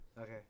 Okay